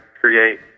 create